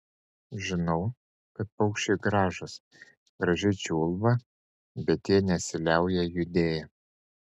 žinau kad paukščiai gražūs gražiai čiulba bet jie nesiliauja judėję